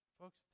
Folks